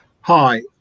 Hi